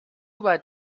white